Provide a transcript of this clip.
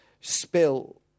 spill